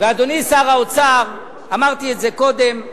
ואדוני שר האוצר, אמרתי את זה קודם,